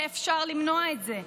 ואפשר למנוע את זה.